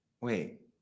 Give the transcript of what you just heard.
wait